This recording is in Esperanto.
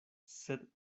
sed